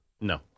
No